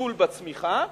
הגידול בצמיחה,